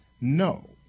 no